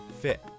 fit